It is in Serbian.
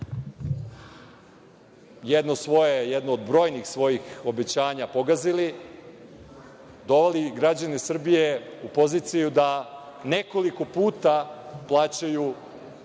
jedno od brojnih svojih obećanja pogazili, doveli građane Srbije u poziciju da nekoliko puta plaćaju